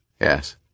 Yes